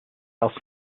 else